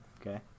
okay